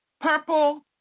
Purple